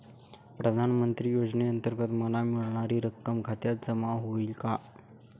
प्रधानमंत्री योजनेअंतर्गत मला मिळणारी रक्कम खात्यात जमा होईल का?